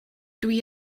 dwi